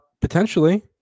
potentially